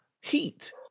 heat